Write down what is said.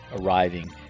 arriving